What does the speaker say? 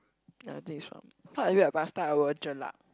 ya I think it's ramen cause if I get pasta I will jelat